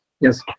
yes